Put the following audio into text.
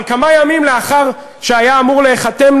אבל כמה ימים לאחר שהיה אמור להיחתם,